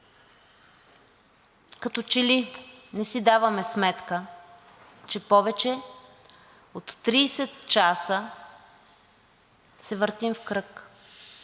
като че ли не си даваме сметка, че повече от 30 часа се въртим в кръг.